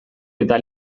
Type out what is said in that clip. eta